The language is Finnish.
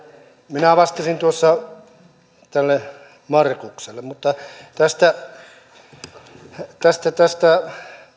minä vastasin tuossa tälle markukselle mutta tästä tästä